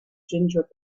ginger